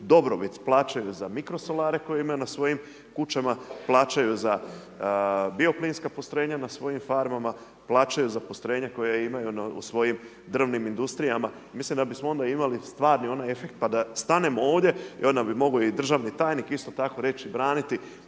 dobrobit plaćaju za mikrosolare koje imaju na svojim kućama, plaćaju za bio plinska postrojenja na svojim farmama, plaćaju za postrojenja koje imaju u svojim drvnim industrijama i mislim da bismo onda imali stvarni onaj efekt, pa da stanemo ovdje, i onda bi mogao i državni tajnik isto tako reći braniti,